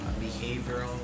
behavioral